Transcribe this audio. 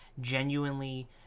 genuinely